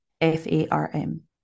F-A-R-M